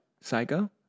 Psycho